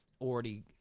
already